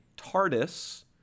TARDIS